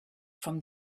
from